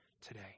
today